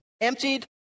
Emptied